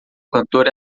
cantor